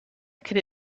could